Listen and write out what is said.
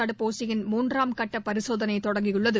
தடுப்பூசி யின் மூன்றாம் கட்டபரிசோதனைதொடங்கியுள்ளது